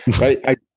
Right